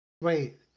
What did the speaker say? wait